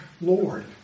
Lord